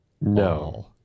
No